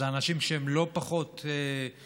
אלה אנשים שהם לא פחות מוחלשים,